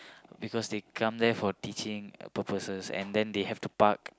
because they come there for teaching purposes and then they have to park